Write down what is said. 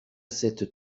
sept